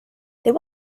there